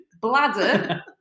bladder